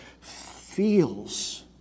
feels